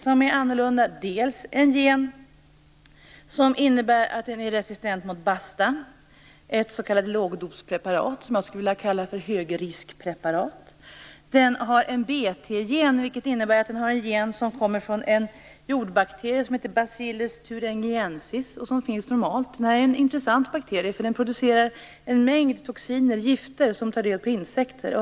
För det första har den en gen som innebär att majsen är resistent mot Basta, ett s.k. lågdospreparat, som jag skulle vilja kalla för högriskpreparat. För det andra har den en Bt-gen, vilket innebär att den har en gen som kommer från en jordbakterie som heter Bacillus thuringiensis. Det är en intressant bakterie, därför att den producerar en mängd toxiner, gifter, som tar död på insekter.